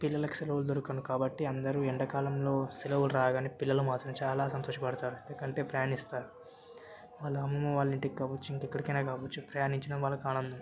పిల్లలకి సెలవులు దొరకవు కాబట్టి అందరూ ఎండాకాలంలో సెలవులు రాగానే పిల్లలు మాత్రం చాలా సంతోషపడతారు ఎందుకంటే ప్రయాణిస్తారు వాళ్ళ అమ్మమ్మ వాళ్ళింటికి కావచ్చు ఇంకెక్కడికైనా కావచ్చు ప్రయాణించడం వాళ్ళకి ఆనందం